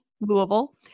Louisville